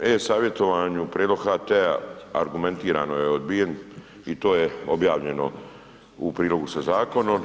U e-Savjetovanju prijedlog HT-a argumentirano je odbijen i to je objavljeno u prilogu sa zakonom.